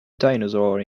dinosaur